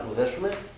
this